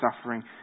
suffering